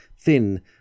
thin